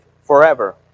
forever